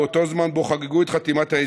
שבאותו הזמן שבו חגגו את ההסכם,